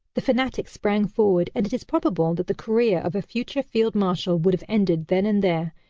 the fanatic sprang forward, and it is probable that the career of a future field marshal would have ended then and there,